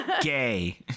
Gay